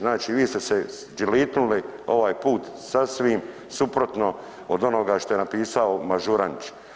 Znači vi ste se dželitnuli ovaj put sasvim suprotno od onoga što je napisao Mažuranić.